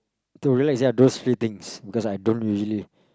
to relax yeah those few things because I don't usually